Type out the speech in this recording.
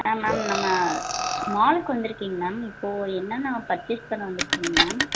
ஆ ma'am நம்ம மாலுக்கு வந்திருக்கீங்க மேம் இப்போது என்னென்ன பர்ச்சேஸ் பண்ண வந்திருக்கீங்க மேம்